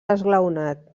esglaonat